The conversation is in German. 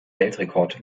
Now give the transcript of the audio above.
weltrekord